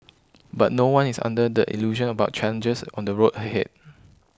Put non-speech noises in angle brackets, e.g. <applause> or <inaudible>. <noise> but no one is under the illusion about challenges on the road ahead